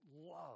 love